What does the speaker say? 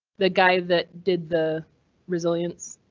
the guy that did the resilience.